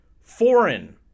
foreign